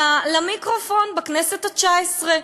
למיקרופון בכנסת התשע-עשרה.